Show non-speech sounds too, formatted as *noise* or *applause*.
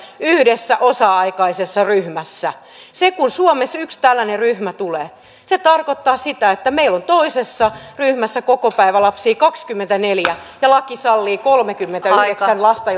yhdessä osa aikaisessa ryhmässä kun suomessa yksi tällainen ryhmä tulee se tarkoittaa sitä että meillä on toisessa ryhmässä kokopäivälapsia kaksikymmentäneljä ja laki sallii kolmekymmentäyhdeksän lasta *unintelligible*